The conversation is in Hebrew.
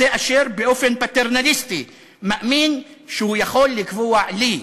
זה אשר באופן פטרנליסטי מאמין שהוא יכול לקבוע לי,